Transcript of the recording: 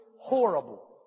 horrible